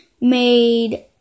made